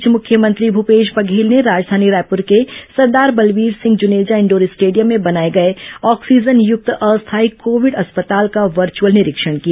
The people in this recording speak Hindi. इस बीच मुख्यमंत्री भूपेश बघेल ने राजधानी रायपुर के सरदार बलवीर सिंह जुनेजा इंडोर स्टेडियम में बनाए गए ऑक्सीजनयुक्त अस्थायी कोविड अस्पताल का वर्चुअल निरीक्षण किया